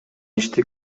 ишти